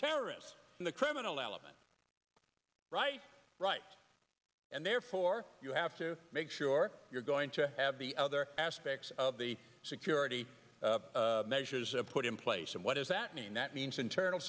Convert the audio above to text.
terrorists in the criminal element right right and therefore you have to make sure you're going to have the other aspects of the security measures put in place and what does that mean that means internal